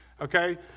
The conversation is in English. Okay